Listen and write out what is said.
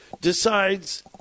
decides